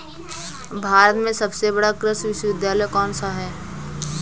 भारत में सबसे बड़ा कृषि विश्वविद्यालय कौनसा है?